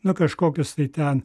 na kažkokius tai ten